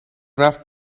رفت